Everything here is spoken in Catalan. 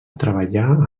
treballar